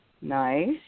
Nice